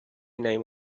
name